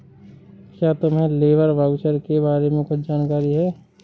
क्या तुम्हें labour voucher के बारे में कुछ जानकारी है?